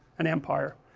an empire